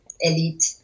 elite